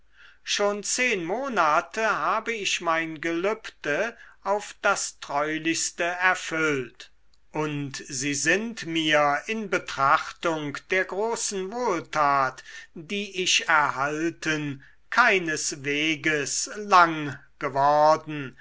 schon zehn monate habe ich mein gelübde auf das treulichste erfüllt und sie sind mir in betrachtung der großen wohltat die ich erhalten keinesweges lang geworden